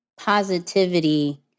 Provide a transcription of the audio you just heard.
positivity